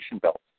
belt